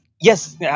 yes